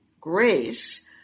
grace